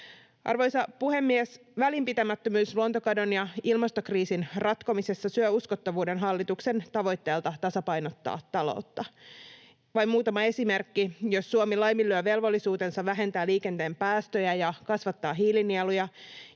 Arvoisa puhemies! Välinpitämättömyys luontokadon ja ilmastokriisin ratkomisessa syö uskottavuuden hallituksen tavoitteelta tasapainottaa taloutta. Vain muutama esimerkki: Jos Suomi laiminlyö velvollisuutensa vähentää liikenteen päästöjä ja kasvattaa hiilinieluja,